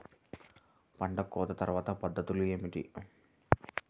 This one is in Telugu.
పంట కోత తర్వాత పద్ధతులు ఏమిటి?